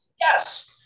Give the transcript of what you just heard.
Yes